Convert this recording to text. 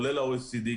כולל ה-OECD,